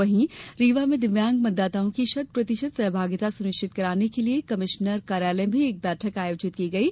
वहीं रीवा में दिव्यांग मतदाताओं की शत प्रतिशत सहभागिता सुनिश्चित करने के लिये कमिश्नर कार्यालय में एक बैठक आयोजित की गई है